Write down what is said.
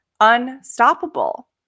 unstoppable